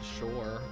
sure